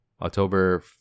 october